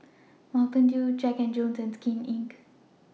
Mountain Dew Jack and Jones and Skin Inc